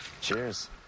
Cheers